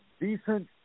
decent